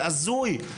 זה הזוי.